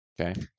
Okay